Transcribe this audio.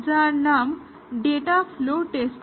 যার নাম data flow testing